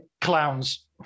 Clowns